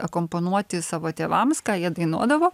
akompanuoti savo tėvams ką jie dainuodavo